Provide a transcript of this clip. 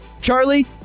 charlie